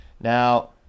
Now